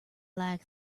like